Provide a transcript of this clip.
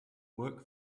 work